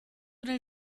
nel